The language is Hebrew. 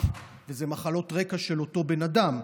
ואלה מחלות הרקע של אותו בן אדם,